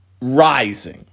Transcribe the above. rising